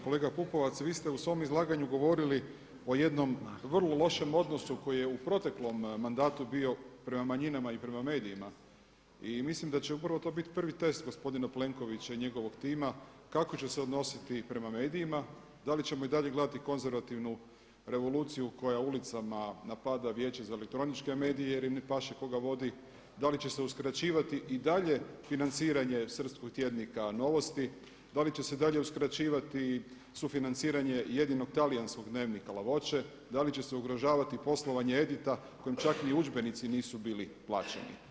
Kolega Pupovac vi ste u svom izlaganju govorili o jednom vrlo lošem odnosu koji je u proteklom mandatu bio prema manjinama i prema medijima i mislim da će upravo to biti prvi test gospodina Plenkovića i njegovog tima kako će se odnositi prema medijima, da li ćemo i dalje gledati konzervativnu revoluciju koja ulicama napada Vijeće za elektroničke medije jer im ne paše koga vodi, da li će se uskraćivati i dalje financiranje srpskog tjednika Novosti, da li će se dalje uskraćivati sufinanciranje jedinog talijanskog dnevnika La voce, da li će se ugrožavati poslovanje Edita kojem čak ni udžbenici nisu bili plaćeni.